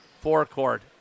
forecourt